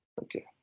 Okay